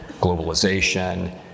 globalization